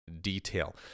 detail